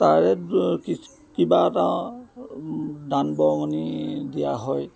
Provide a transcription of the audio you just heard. তাৰে কিবা এটা দান বৰঙণি দিয়া হয়